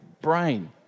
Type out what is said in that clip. brain